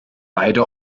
beide